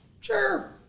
sure